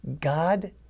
God